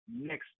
next